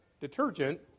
detergent